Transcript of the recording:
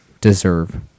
deserve